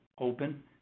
open